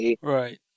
Right